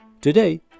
Today